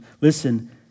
Listen